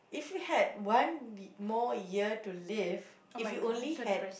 if you had one more year to live if you only had